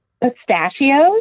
Pistachios